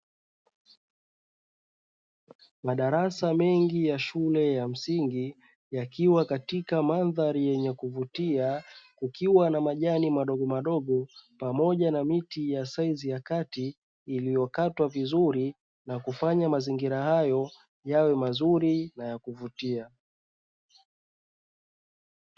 Madarasa mengi ya shule ya msingi yakiwa katika mandhari yenye kuvutia, kukiwa na majani madogomadogo pamoja na miti ya saizi ya kati iliyokatwa vizuri na kufanya mazingira hayo yawe mazuri na ya kuvutia.